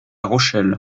rochelle